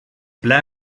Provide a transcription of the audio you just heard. ble